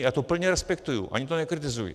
Já to plně respektuji, ani to nekritizuji.